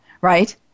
Right